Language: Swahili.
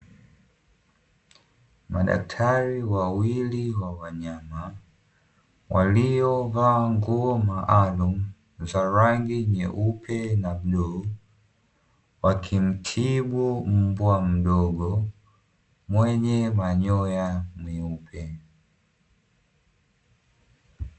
Madaktari wawili wa wanyama, waliovaa nguo maalumu za rangi nyeupe na bluu wakimtibu mbwa mdogo mwenye manyoya meupe.